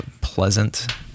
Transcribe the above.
pleasant